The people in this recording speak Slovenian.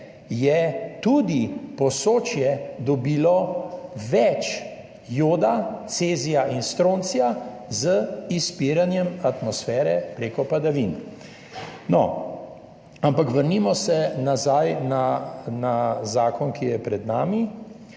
tudi Posočje dobilo več joda, cezija in stroncija z izpiranjem atmosfere prek padavin. No ampak vrnimo se na zakon, ki je pred nami.